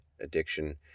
addiction